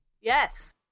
Yes